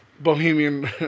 Bohemian